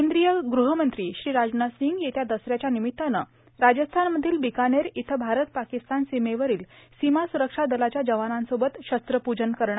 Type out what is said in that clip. केंद्रीय गृहमंत्री श्री राजनाथ सिंग येत्या दसऱ्याच्या निमित्तानं राजस्थानमधील बिकानेर इथूं भारत पाकिस्तान सीमेवरील सीमा सुरक्षा दलाच्या जवानांसोबत शस्त्र पूजन करणार